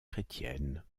chrétiennes